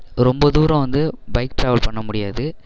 ரொம்ப தூரம் வந்து பைக் ட்ராவல் பண்ண முடியாது